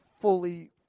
fully